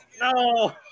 No